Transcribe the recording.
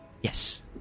yes